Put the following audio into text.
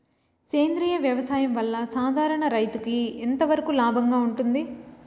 సేంద్రియ వ్యవసాయం వల్ల, సాధారణ రైతుకు ఎంతవరకు లాభంగా ఉంటుంది?